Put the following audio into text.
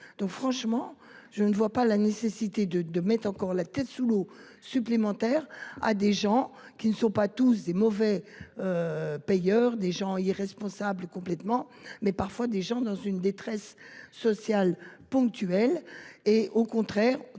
donc franchement je ne vois pas la nécessité de de mettre encore la tête sous l'eau supplémentaire à des gens qui ne sont pas tous des mauvais. Payeurs des gens irresponsables complètement mais parfois des gens dans une détresse sociale ponctuel et au contraire,